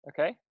okay